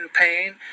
pain